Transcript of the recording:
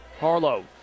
Harlow